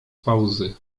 pauzy